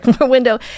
window